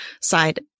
side